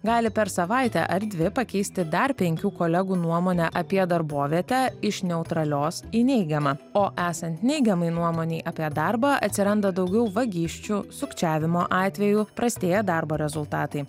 gali per savaitę ar dvi pakeisti dar penkių kolegų nuomonę apie darbovietę iš neutralios į neigiamą o esant neigiamai nuomonei apie darbą atsiranda daugiau vagysčių sukčiavimo atvejų prastėja darbo rezultatai